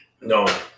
No